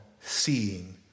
seeing